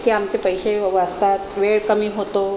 की आमचे पैसे वाचतात वेळ कमी होतो